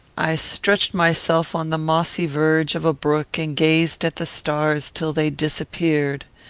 i stretched myself on the mossy verge of a brook, and gazed at the stars till they disappeared.